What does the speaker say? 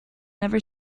never